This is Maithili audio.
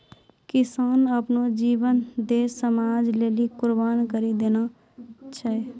किसान आपनो जीवन देस समाज लेलि कुर्बान करि देने छै